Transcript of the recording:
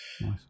Nice